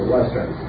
Western